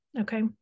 okay